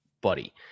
buddy